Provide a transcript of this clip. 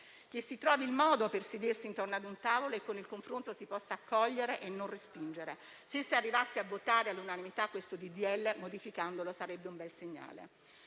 che si trovi il modo per sedersi intorno a un tavolo e che con il confronto si possa accogliere e non respingere; se si arrivasse a votare all'unanimità il disegno di legge in esame, modificandolo, sarebbe un bel segnale.